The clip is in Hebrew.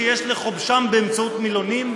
שיש לכובשם בעזרת מילונים,